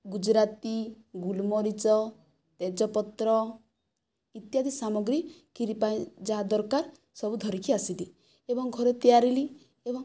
ଗୁଜରାତି ଗୋଲମରିଚ ତେଜପତ୍ର ଇତ୍ୟାଦି ସାମଗ୍ରୀ ଖିରୀ ପାଇଁ ଯାହା ଦରକାର ସବୁ ଧରିକି ଆସିଲି ଏବଂ ଘରେ ତିଆରିଲି ଏବଂ